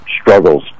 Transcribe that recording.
struggles